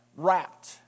wrapped